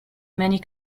many